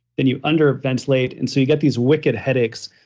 then you under ventilate, and so you get these wicked headaches.